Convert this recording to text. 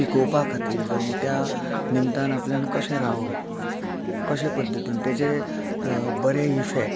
टिकोवपा खातीर जांव त्या निमतान आपल्यान कशें रावप कशें पध्दतीन तेजे बरें इफॅक्ट